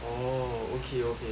oh okay okay